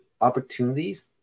opportunities